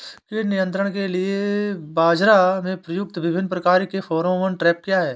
कीट नियंत्रण के लिए बाजरा में प्रयुक्त विभिन्न प्रकार के फेरोमोन ट्रैप क्या है?